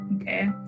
okay